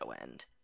end